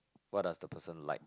what does the person like